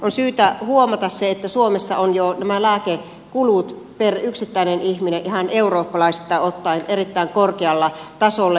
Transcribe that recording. on syytä huomata se että suomessa ovat jo nämä lääkekulut per yksittäinen ihminen ihan eurooppalaisittain ottaen erittäin korkealla tasolla